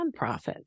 nonprofits